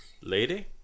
lady